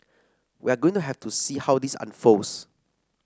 we're going to have to see how this unfolds